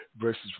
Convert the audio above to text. verses